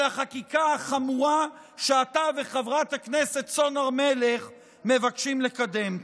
החקיקה החמורה שאתה וחברת הכנסת סון הר מלך מבקשים לקדם.